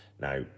Now